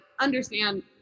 understand